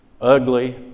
ugly